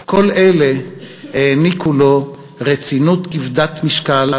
כל אלו העניקו לו רצינות כבדת משקל,